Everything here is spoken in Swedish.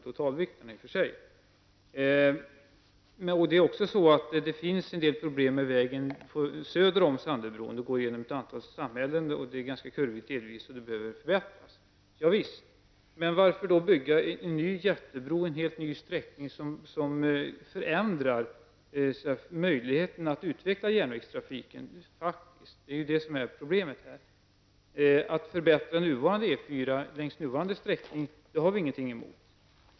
Det finns också en del problem med vägen söder om Sandöbron. Den går genom ett antal samhällen, och den är delvis ganska kurvig och behöver förbättras. Javisst! Men varför då bygga en ny jättebro, en helt ny sträckning, som faktiskt förändrar möjligheterna att utveckla järnvägstrafiken? Det är detta som är problemet. Att man förbättrar E 4 längs den nuvarande sträckningen har vi ingenting emot.